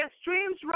streams